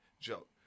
joke